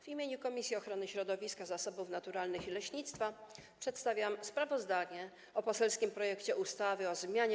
W imieniu Komisji Ochrony Środowiska, Zasobów Naturalnych i Leśnictwa przedstawiam sprawozdanie o poselskim projekcie ustawy o zmianie